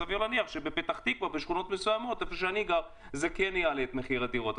סביר להניח שבפתח תקווה ובשכונות מסוימות זה יעלה את מחירי הדירות.